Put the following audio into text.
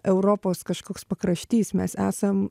europos kažkoks pakraštys mes esam